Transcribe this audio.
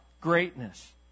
greatness